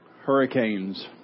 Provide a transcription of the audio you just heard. hurricanes